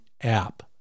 app